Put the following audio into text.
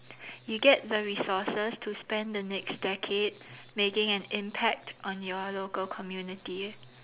you get the resources to spend the next decade making an impact on your local community